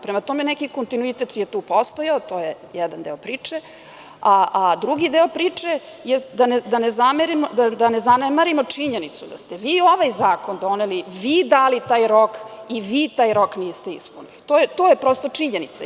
Prema tome, neki kontinuitet je tu postojao, to je jedan deo priče, a drugi deo priče je da ne zanemarimo činjenicu da ste vi ovaj zakon doneli, vi dali taj rok i vi taj rok niste ispunili i to je prosto činjenica.